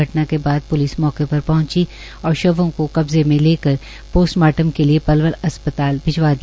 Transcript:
घटना के बाद प्लिस मौके पर पहुंची और शवों को कब्जे में लेकर पोस्टमार्टम के लिए पलवल अस्पताल भिजवा दिया